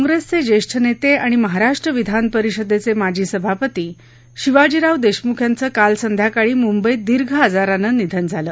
काँग्रेसचे ज्येष्ठ नेते आणि महाराष्ट्र विधान परिषदेचे माजी सभापती शिवाजीराव देशमुख यांचं काल संध्याकाळी मुंबईत दीर्घ आजारानं निधन झालं